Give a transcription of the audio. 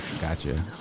gotcha